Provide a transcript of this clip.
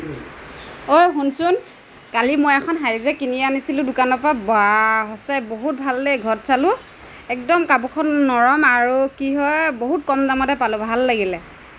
অই শুনচোন কালি মই এখন শাৰী যে কিনি আনিছিলোঁ দোকানৰ পৰা বা সঁচাই বহুত ভাল দেই ঘৰত চালোঁ একদম কাপোৰখন নৰম আৰু কি হয় বহুত কম দামতে পালোঁ ভাল লাগিলে